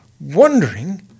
wondering